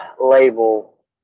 label